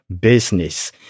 business